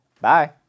Bye